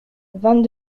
vingt